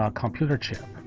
ah computer chip,